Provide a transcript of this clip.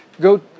go